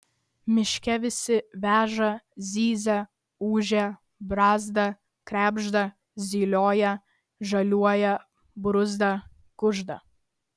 miške visi veža zyzia ūžia brazda krebžda zylioja žaliuoja bruzda kužda